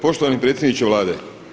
Poštovani predsjedniče Vlade.